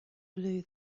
blew